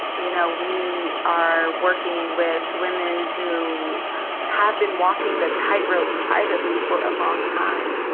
you know, we are working with women who have been walking the tightrope privately for a long time,